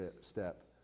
step